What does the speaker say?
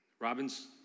Robin's